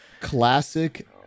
classic